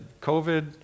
COVID